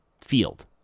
field